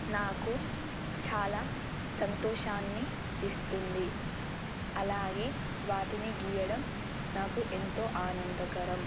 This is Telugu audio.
నాకు చాలా సంతోషాన్ని ఇస్తుంది అలాగే వాటిని గీయడం నాకు ఎంతో ఆనందకరం